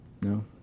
No